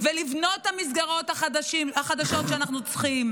ולבנות את המסגרות החדשות שאנחנו צריכים,